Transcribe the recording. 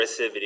aggressivity